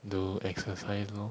do exercise lor